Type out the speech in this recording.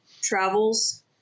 travels